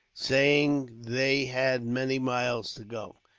saying they had many miles to go.